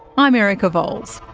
i'm erica vowles.